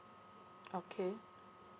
okay